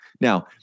Now